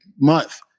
month